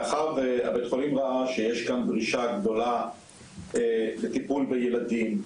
מאחר שבית החולים ראה שיש כאן דרישה גדולה לטיפול בילדים,